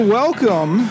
welcome